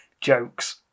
jokes